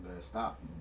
stop